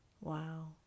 Wow